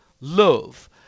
love